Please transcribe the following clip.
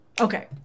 Okay